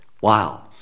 Wow